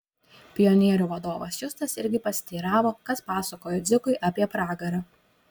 pionierių vadovas justas irgi pasiteiravo kas pasakojo dzikui apie pragarą